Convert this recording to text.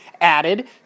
added